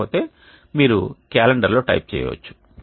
లేకపోతే మీరు క్యాలెండర్లో టైప్ చేయవచ్చు